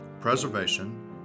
preservation